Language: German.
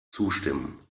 zustimmen